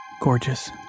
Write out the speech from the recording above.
gorgeous